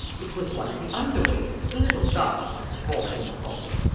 it was one of the underwaiters the little dark one who brought in the coffee.